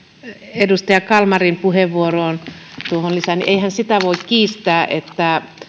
edustaja kalmarin puheenvuoroon eihän sitä voi kiistää että